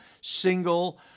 single